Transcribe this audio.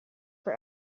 for